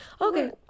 Okay